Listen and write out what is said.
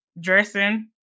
dressing